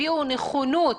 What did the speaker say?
הביעו נכונות